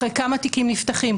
אחרי כמה תיקים נפתחים,